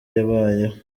yabaye